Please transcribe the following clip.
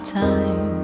time